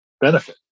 benefit